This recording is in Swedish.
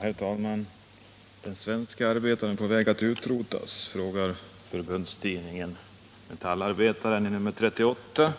Herr talman! ”Den svenska arbetaren på väg att utrotas?” frågade förbundstidningen Metallarbetaren i nr 38,